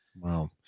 Wow